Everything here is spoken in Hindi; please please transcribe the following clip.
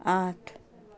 आठ